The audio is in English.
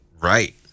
Right